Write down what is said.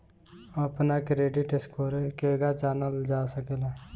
अपना credit score केगा जानल जा सकेला?